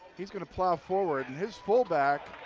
he's going to plow forward and his full back